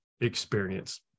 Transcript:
experience